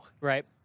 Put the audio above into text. Right